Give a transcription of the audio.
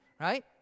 right